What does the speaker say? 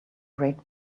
great